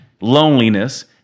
loneliness